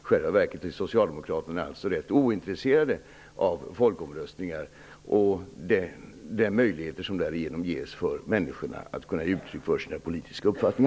I själva verket är socialdemokraterna ganska så ointresserade av folkomröstningar och av de möjligheter som människorna därigenom får när det gäller att ge uttryck för sin politiska uppfattning.